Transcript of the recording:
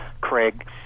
Craig